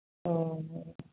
ओ